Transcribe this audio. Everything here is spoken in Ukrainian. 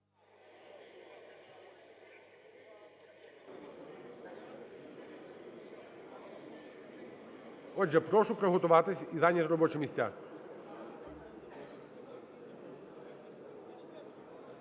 Отже, прошу приготуватись і зайняти робочі місця.